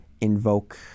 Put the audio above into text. invoke